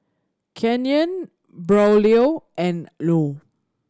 Kenyon Braulio and Llo